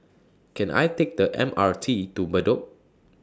Can I Take The M R T to Bedok